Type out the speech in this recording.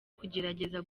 kugerageza